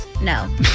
No